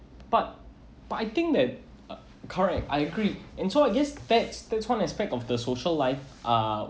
but but I think that uh correct I agree in so against that's that's one aspect of the social life uh